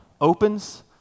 opens